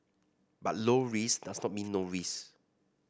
but low risk does not mean no risk